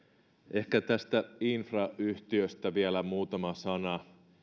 ehkä tästä infrayhtiöstä vielä muutama sana